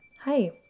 Hi